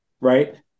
right